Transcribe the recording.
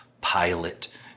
pilot